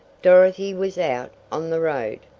dorothy was out on the road,